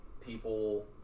people